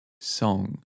song